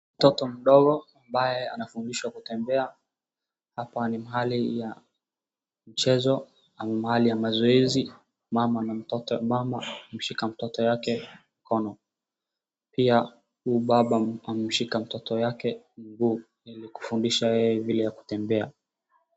Mtoto mdogo ambaye anafundishwa kutembea. Hapa ni mahali ya michezo ama mahali ya mazoezi. Mama na mtoto, mama amemshika mtoto yake mkono. Pia huyu baba amemshika mtoto yake mguu ili kufundisha yeye vile ya kutembea.